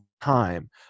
time